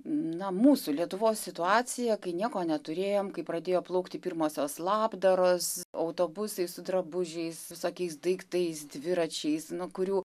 na mūsų lietuvos situaciją kai nieko neturėjom kai pradėjo plaukti pirmosios labdaros autobusai su drabužiais visokiais daiktais dviračiais nu kurių